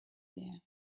there